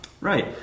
Right